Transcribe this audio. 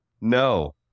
no